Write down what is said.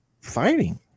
fighting